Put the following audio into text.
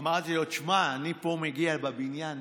אמרתי לו: תשמע, אני מגיע לבניין